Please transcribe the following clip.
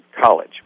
College